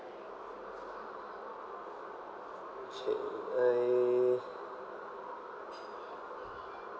K I